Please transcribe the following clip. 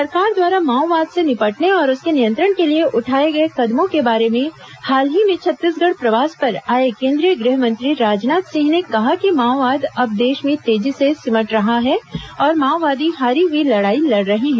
सरकार द्वारा माओवाद से निपटने और उसके नियंत्रण को लिए उठाए गए कदमों के बारे में हाल ही में छत्तीसगढ़ प्रवास पर आए केंद्रीय गृहमंत्री राजनाथ सिंह ने कहा कि माओवाद अब देश में तेजी से सिमट रहा है और माओवादी हारी हई लड़ाई लड़ रहे हैं